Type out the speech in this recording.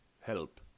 help